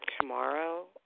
tomorrow